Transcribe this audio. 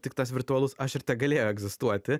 tik tas virtualus aš ir tegalėjo egzistuoti